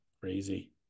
Crazy